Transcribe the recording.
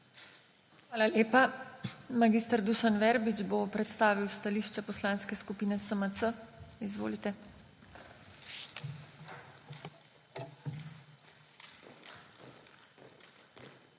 Hvala lepa. Mag. Dušan Verbič bo predstavil stališče Poslanske skupine SMC. Izvolite.